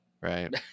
Right